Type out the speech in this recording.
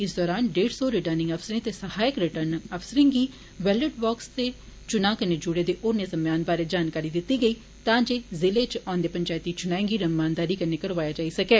इस दौरान डेढ़ सौ रिटंनिंग अफसरें ते सहायक रिटनिंग अफसरें गी वेल्ट वकसें ते चुना नै जुड़े दे होरने समेयान बारै जानकारी दिती गेई तां जे जिले इच औंदे पैंचेती चुनाएं गी रमानदारी नै करौआया जाई सकै